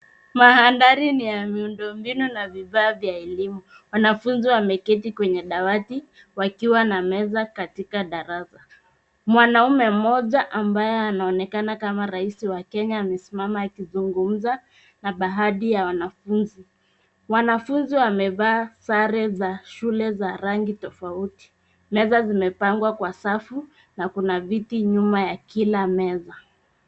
Madhari ni ya miundo mbinu na vifaa vya elimu. Wafanafunzi wameketi kwenye dawati wakiwa na meza katika darasa. Mwanaume mmoja ambaye anaonekana kama raisi wa Kenya amesimama akizungumza na baadhi ya wanafunzi. Wanafunzi wamevaa sare za shule za rangi tofauti. Meza zimepangwa kwa safu na kuna viti nyuma ya kila meza.